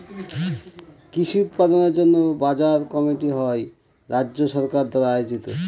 কৃষি উৎপাদনের জন্য বাজার কমিটি হয় রাজ্য সরকার দ্বারা আয়োজিত